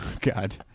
God